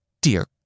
dear